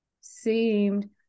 seemed